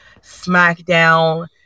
SmackDown